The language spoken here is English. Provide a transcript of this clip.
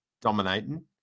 dominating